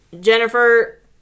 Jennifer